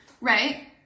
right